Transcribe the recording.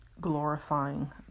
glorifying